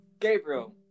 Gabriel